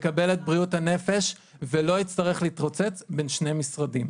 יקבל את בריאות הנפש ולא יצטרך להתרוצץ בין שני משרדים.